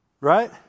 right